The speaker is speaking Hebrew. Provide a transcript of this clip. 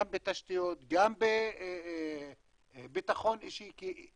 גם בתשתיות, גם בביטחון אישי, כי אין